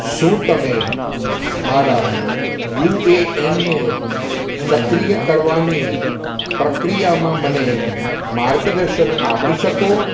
શું તમે મારા યુ એ એનને સક્રિય કરવાની પ્રક્રિયામાં મને માર્ગદર્શન આપી શકો